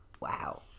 wow